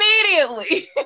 Immediately